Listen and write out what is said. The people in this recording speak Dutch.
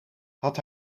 had